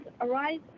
arise